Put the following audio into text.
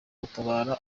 gutabara